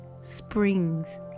springs